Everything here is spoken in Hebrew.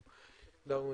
לא.